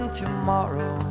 tomorrow